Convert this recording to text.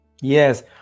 Yes